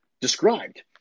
described